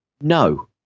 no